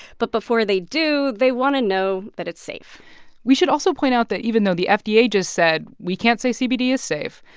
but before they do, they want to know that it's safe we should also point out that even though the fda yeah just said we can't say cbd yeah is safe,